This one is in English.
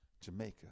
Jamaica